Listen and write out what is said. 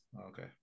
Okay